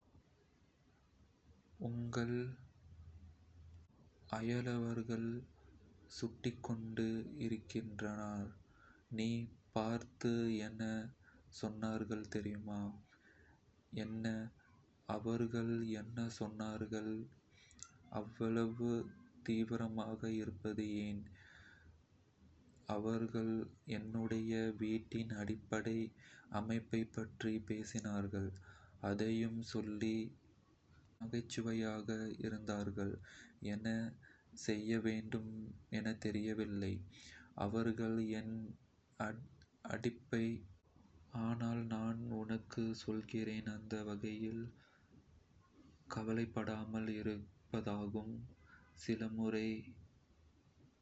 "உங்கள் அயலவர்கள் சுட்டிக்கொண்டு இருக்கின்றனர் நீ பார்த்து என்ன சொன்னார்கள் தெரியுமா?..." "என்ன? அவர்கள் என்ன சொன்னார்கள்? அவ்வளவு தீவிரமாக இருப்பது என்ன?""அவர்கள் என்னுடைய வீட்டின் அடிப்படை அமைப்பைப் பற்றி பேசினார்கள், அதையும் சொல்லி நகைச்சுவையாக இருந்தார்கள் என்ன செய்யவேண்டுமே தெரியவில்லை "அவர்கள் ஏன் அப்படி சொல்கிறார்கள் என்று தெரியவில்லை, ஆனால் நான் உனக்கு சொல்கிறேன், அந்த வகையில் கவலைப்படாமல் இருந்தோம். சில முறை அயலவர்கள் தங்களின் நம்பிக்கையை மிகைப்படுத்திக்கொள்ளலாம்."